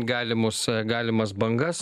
galimus galimas bangas